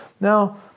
Now